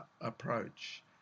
approach